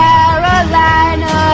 Carolina